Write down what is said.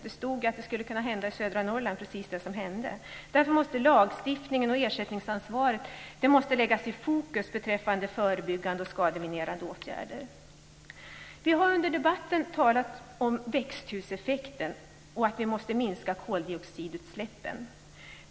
Det stod att det skulle kunna hända i södra Norrland, vilket också hände. Därför måste lagstiftningen och ersättningsansvaret sättas i fokus när det gäller förebyggande och skademinimerande åtgärder. Vi har under debatten talat om växthuseffekten och om att vi måste minska koldioxidutsläppen.